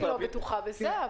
אני לא בטוחה בזה.